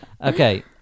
Okay